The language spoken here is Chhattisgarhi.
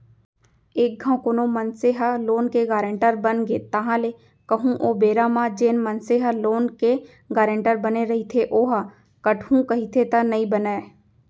एक घांव कोनो मनसे ह लोन के गारेंटर बनगे ताहले कहूँ ओ बेरा म जेन मनसे ह लोन के गारेंटर बने रहिथे ओहा हटहू कहिथे त नइ बनय